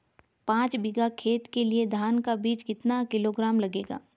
पाँच बीघा खेत के लिये धान का बीज कितना किलोग्राम लगेगा?